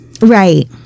right